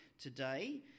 today